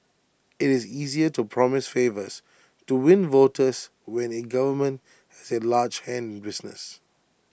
IT is easier to promise favours to win voters when A government has A large hand in business